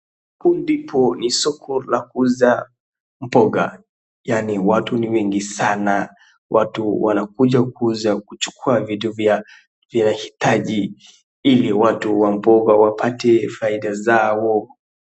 Hapo ndipo ni soko la kuuza mboga, yaani watu ni wengi sana. Watu wanakuja kuuza kuchukua vitu vya hitaji ili watu wa mboga wapate faida zao.